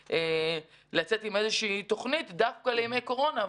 לצאת עם איזושהי תוכנית דווקא לימי קורונה,